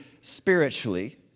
spiritually